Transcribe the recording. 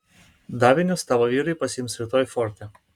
davinius tavo vyrai pasiims rytoj forte